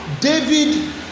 David